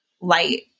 light